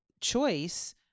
choice